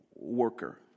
worker